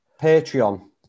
Patreon